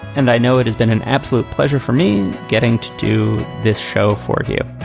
and i know it has been an absolute pleasure for me getting to do this show for you